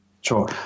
Sure